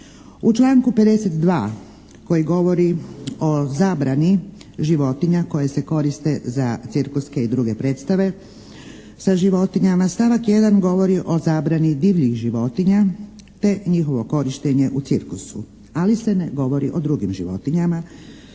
U članku 52. koji govori o zabrani životinja koje se koriste za cirkuske i druge predstave sa životinjama, stavak 1. govori o zabrani divljih životinja te njihovo korištenje u cirkusu, ali se ne govori o drugim životinjama.